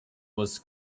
was